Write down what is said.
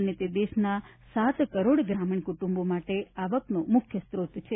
અને તે દેશના સાત કરોડ ગ્રામીણ કુટુંબો માટે આવકનો મુખ્ય સ્રોત છે